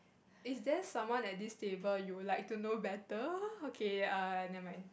is there someone at this table you would like to know better okay err never mind